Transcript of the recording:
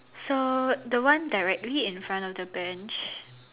so the one directly in front of the bench